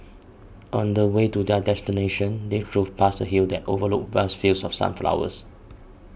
on the way to their destination they drove past a hill that overlooked vast fields of sunflowers